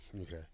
Okay